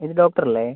ഇത് ഡോക്ടർ അല്ലേ